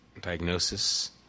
diagnosis